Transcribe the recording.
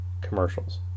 commercials